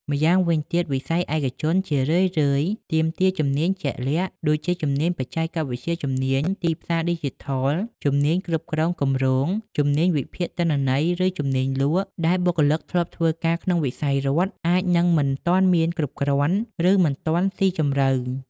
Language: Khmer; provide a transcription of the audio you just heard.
ម៉្យាងវិញទៀត វិស័យឯកជនជារឿយៗទាមទារជំនាញជាក់លាក់ ដូចជាជំនាញបច្ចេកវិទ្យាជំនាញទីផ្សារឌីជីថល ជំនាញគ្រប់គ្រងគម្រោង ជំនាញវិភាគទិន្នន័យឬជំនាញលក់ ដែលបុគ្គលិកធ្លាប់ធ្វើការក្នុងវិស័យរដ្ឋអាចនឹងមិនទាន់មានគ្រប់គ្រាន់ ឬមិនទាន់ស៊ីជម្រៅ។